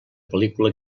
pel·lícula